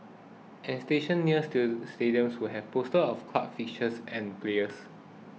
and station nears to stadiums will have posters of club fixtures and players